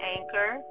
Anchor